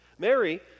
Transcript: Mary